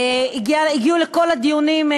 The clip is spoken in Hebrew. הגיעו לכל הדיונים,